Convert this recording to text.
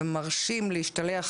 ומרשים להשתלח